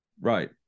Right